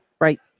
Right